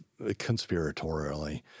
conspiratorially